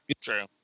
True